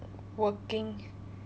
working